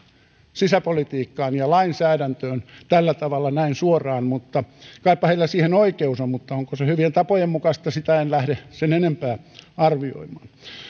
sisäpolitiikkaan ja lainsäädäntöön tällä tavalla näin suoraan kaipa heillä siihen oikeus on mutta onko se hyvien tapojen mukaista sitä en lähde sen enempää arvioimaan